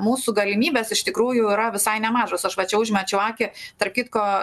mūsų galimybės iš tikrųjų yra visai nemažos aš va čia užmečiau akį tarp kitko